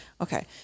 okay